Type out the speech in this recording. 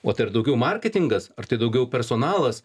o tai yra daugiau marketingas ar tai daugiau personalas